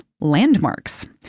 landmarks